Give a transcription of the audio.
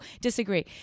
disagree